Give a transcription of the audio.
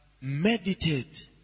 meditate